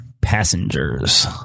Passengers